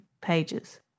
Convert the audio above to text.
pages